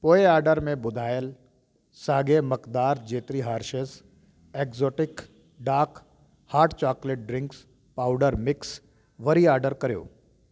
पोए आडर में ॿुधायल साॻे मक़दारु जेतिरी Hershey's exotic dark hot chocolate drink powder mix वरी आडर करियो